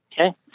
Okay